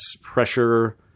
pressure